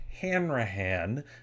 Hanrahan